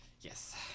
yes